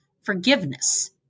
forgiveness